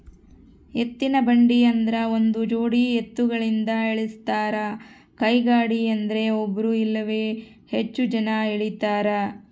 ಎತ್ತಿನಬಂಡಿ ಆದ್ರ ಒಂದುಜೋಡಿ ಎತ್ತುಗಳಿಂದ ಎಳಸ್ತಾರ ಕೈಗಾಡಿಯದ್ರೆ ಒಬ್ರು ಇಲ್ಲವೇ ಹೆಚ್ಚು ಜನ ಎಳೀತಾರ